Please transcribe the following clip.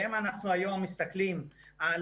ואם אנחנו היום מסתכלים על